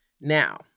Now